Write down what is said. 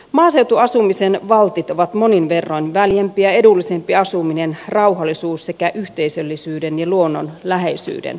maaseutuasumisen valtit ovat monin verroin väljempi ja edullisempi asuminen rauhallisuus sekä yhteisöllisyyden ja luonnon läheisyyden edut